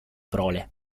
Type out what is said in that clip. prole